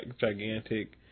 gigantic